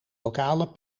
lokale